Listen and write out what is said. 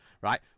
right